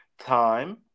time